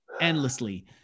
endlessly